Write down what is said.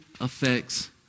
affects